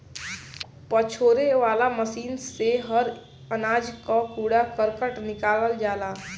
पछोरे वाला मशीन से हर अनाज कअ कूड़ा करकट निकल जाला